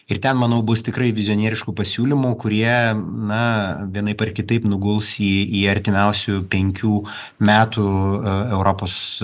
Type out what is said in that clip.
ir ten manau bus tikrai vizionieriškų pasiūlymų kurie na vienaip ar kitaip nuguls į į artimiausių penkių metų europos